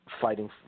Fighting